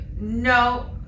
No